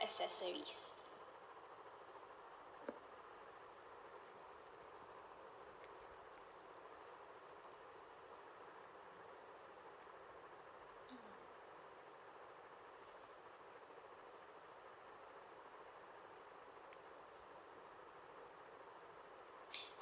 accessories